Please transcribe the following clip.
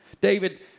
David